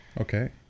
okay